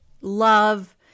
love